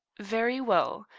very well.